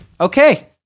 okay